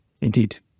Indeed